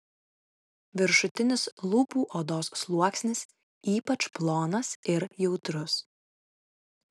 viršutinis lūpų odos sluoksnis ypač plonas ir jautrus